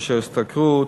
כושר השתכרות,